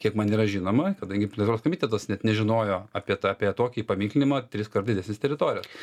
kiek man yra žinoma kadangi plėtros komitetas net nežinojo apie tą apie tokį įpaminklinimą triskart didesnės teritorijos